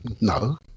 No